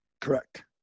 Correct